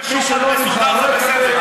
מי שלא נבחר לא יקבל,